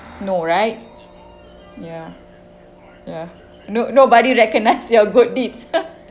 no right ya ya no~ nobody recognize your good deeds